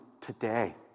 today